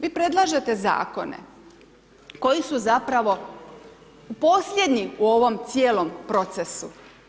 Vi predlažete Zakone koji su zapravo posljednji u ovom cijelom procesu.